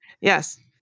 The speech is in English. Yes